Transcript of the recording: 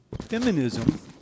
feminism